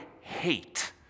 hate